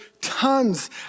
tons